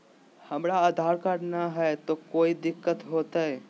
हमरा आधार कार्ड न हय, तो कोइ दिकतो हो तय?